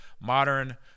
modern